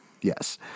Yes